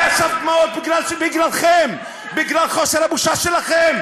אני עכשיו בדמעות בגללכם, בגלל חוסר הבושה שלכם,